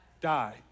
die